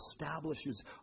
establishes